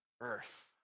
earth